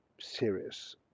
serious